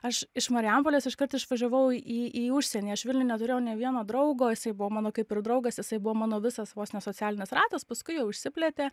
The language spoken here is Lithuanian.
aš iš marijampolės iškart išvažiavau į į užsienį aš vilniuj neturėjau nei vieno draugo jisai buvo mano kaip ir draugas jisai buvo mano visas vos ne socialinis ratas paskui jau išsiplėtė